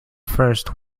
first